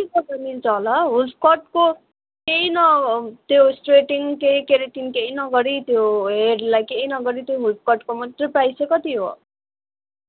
के गर्दा मिल्छ होला हौ वुल्फ कटको केही न त्यो स्ट्रेटनिङ केही केरेटिन केही नगरी त्यो हेडलाई केही नगरी त्यो वुल्फ कटको मात्रै प्राइस चाहिँ कति हो